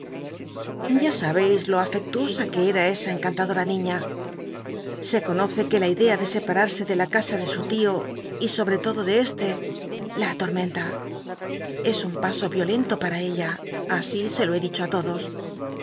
ya sahcis lo aflcluosa que eaa esa encantadol'a niña se conoce que la idea de separars dr la casa de su lio y sobre lodo de este la alormcn la es un paso vio nto p ua ella así se lo he rli cho i todos